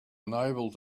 unable